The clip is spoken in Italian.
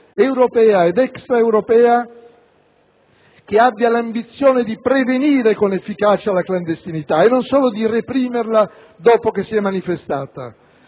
europea ed extraeuropea che abbia l'ambizione di prevenire con efficacia la clandestinità, non solo di reprimerla dopo che si è manifestata.